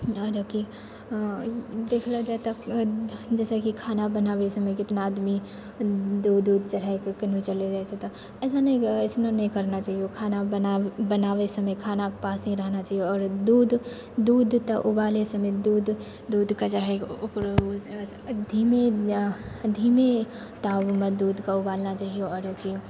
आओर की देखलऽ जाइ तऽ जइसेकि खाना बनाबै समय कितना आदमी दूध उध चढ़ैके कनो चलि जाइ छै तऽ ऐसा नहि अइसन नहि करना चाहिओ खाना बनाबै समय खानाके पास ही रहना चाहिओ आओर दूध दूध तऽ उबालै समय दूध दूधके चढ़ैके ओकरो धीमी तावमे दूधके उबालना चाहिओ आओरकि